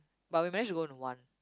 but we managed to go on one